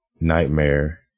Nightmare